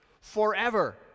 forever